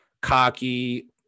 cocky